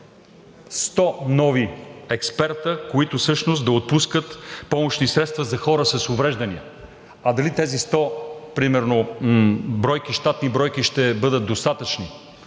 100 нови експерти, които всъщност да отпускат помощни средства за хората с увреждания. Дали тези примерно 100 щатни бройки ще бъдат достатъчни,